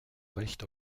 recht